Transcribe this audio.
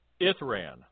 Ithran